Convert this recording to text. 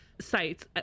sites